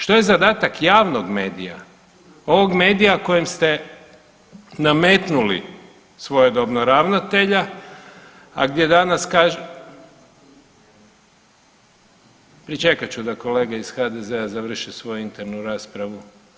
Što je zadatak javnog medija, ovog medija kojem ste nametnuli svojedobno ravnatelja, a gdje danas Pričekat ću da kolega iz HDZ-a završi svoju internu raspravu.